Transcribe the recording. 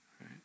right